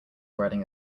riding